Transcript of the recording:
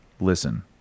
listen